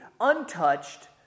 untouched